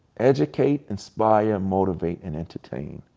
educate, inspire, motivate, and entertain.